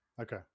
okay